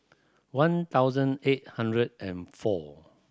one thousand eight hundred and four